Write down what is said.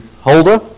Holder